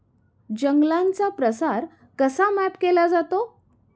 जंगलांचा प्रसार कसा मॅप केला जातो?